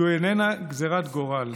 זו איננה גזרת גורל.